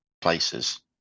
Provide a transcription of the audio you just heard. places